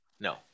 No